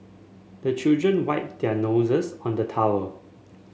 the children wipe their noses on the towel